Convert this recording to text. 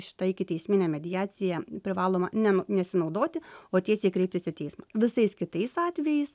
šita ikiteismine mediacija privaloma ne nesinaudoti o tiesiai kreiptis į teismą visais kitais atvejais